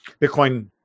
Bitcoin